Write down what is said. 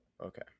Okay